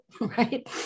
Right